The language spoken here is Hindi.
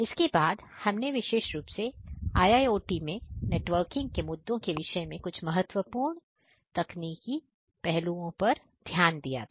इसके बाद हमने विशेष रूप से IIOT मैं नेटवर्किंग के मुद्दों के विषय में कुछ महत्वपूर्ण तकनीकी पहलुओं पर ध्यान दिया था